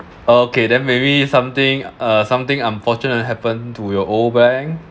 okay then maybe something uh something unfortunate happen to your old bank